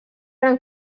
eren